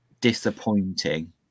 disappointing